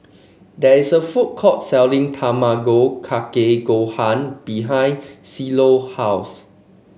there is a food court selling Tamago Kake Gohan behind house